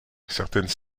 certaines